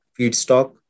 feedstock